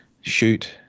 shoot